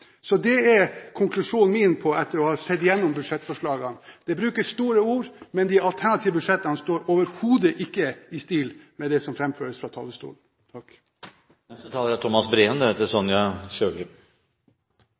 Det er konklusjonen min etter å ha sett igjennom budsjettforslagene. Det brukes store ord, men de alternative budsjettene står overhodet ikke i stil med det som framføres fra talerstolen.